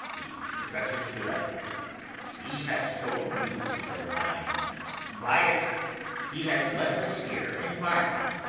the professor stood up he has so used your mind and by it he has left us here in varna,